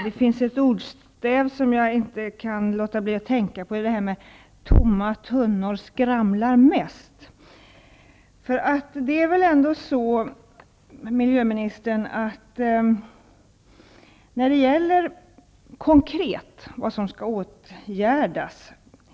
Det finns ett ordstäv som jag inte kan låta bli att tänka på i det här sammanhanget, nämligen att tomma tunnor skramlar mest.